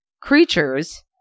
creatures